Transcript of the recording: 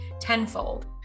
tenfold